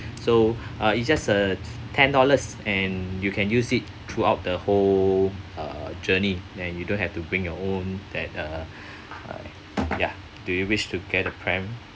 so uh it's just uh ten dollars and you can use it throughout the whole uh journey and you don't have to bring your own that uh ya do you wish to get a pram